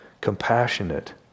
compassionate